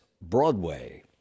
Broadway